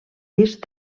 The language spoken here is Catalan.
disc